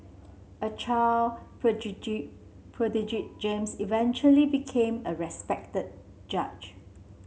a child prodigy James eventually became a respected judge